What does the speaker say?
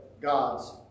God's